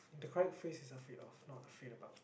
the correct phrase is afraid of not afraid about